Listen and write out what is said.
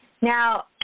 Now –